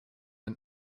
ein